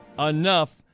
enough